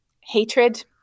hatred